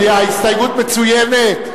ההסתייגות מצוינת.